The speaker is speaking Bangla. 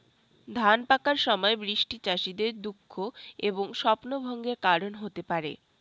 ধান পাকার সময় বৃষ্টি চাষীদের দুঃখ এবং স্বপ্নভঙ্গের কারণ হতে পারে